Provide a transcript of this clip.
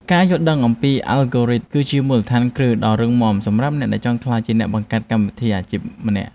ការយល់ដឹងអំពីអាល់ហ្គោរីត គឺជាមូលដ្ឋានគ្រឹះដ៏រឹងមាំសម្រាប់អ្នកដែលចង់ក្លាយជាអ្នកបង្កើតកម្មវិធីអាជីពម្នាក់។